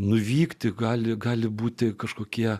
nuvykti gali gali būti kažkokie